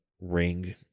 ring